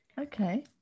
Okay